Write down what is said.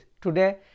today